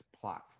plot